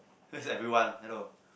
face everyone hello